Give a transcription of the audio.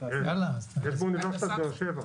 יש באוניברסיטת באר שבע.